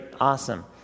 awesome